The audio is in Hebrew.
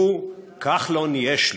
הוא "כחלון יש לי".